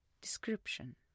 Description